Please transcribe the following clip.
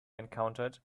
encountered